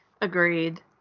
agreed